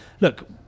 look